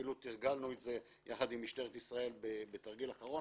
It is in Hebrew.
ואפילו תרגלנו את זה יחד עם משטרת ישראל בתרגיל האחרון.